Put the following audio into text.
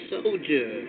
Soldier